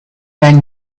then